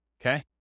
Okay